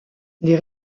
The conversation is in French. les